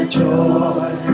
joy